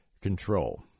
Control